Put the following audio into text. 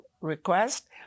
request